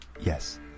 yes